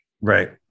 Right